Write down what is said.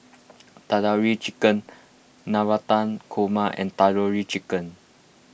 Tandoori Chicken Navratan Korma and Tandoori Chicken